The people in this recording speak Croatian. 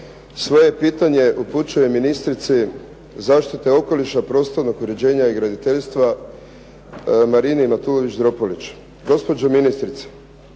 Svoje pitanje upućujem ministrici zaštite okoliša, prostornog uređenja i graditeljstva Marini Matulović-Dropulić. Gospođo ministrice,